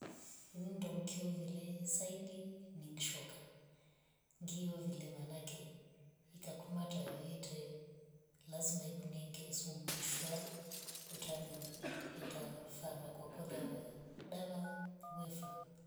Ini ndo mkoyo vile saidi ni ngishoka ngio vile maana kei ikaku mata wavyete lazima ikuningise sumu mvishwa utameu enda farakwa kwakolia va dava wefa